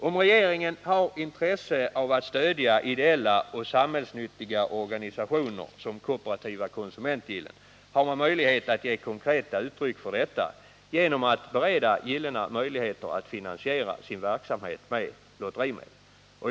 Om regeringen har intresse av att stödja ideella och samhällsnyttiga organisationer som kooperativa konsumentgillen, har man möjlighet att ge konkreta uttryck för detta genom att bereda gillena möjligheter att finansiera sin verksamhet med lotterimedel.